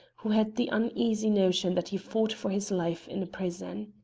who had the uneasy notion that he fought for his life in a prison.